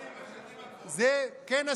כן,